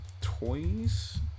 Toys